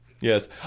Yes